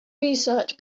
research